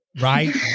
right